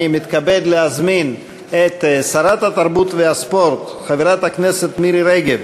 אני מתכבד להזמין את שרת התרבות והספורט חברת הכנסת מירי רגב